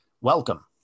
welcome